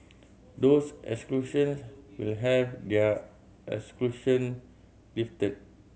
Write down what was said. those exclusion will have their exclusion lifted